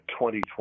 2020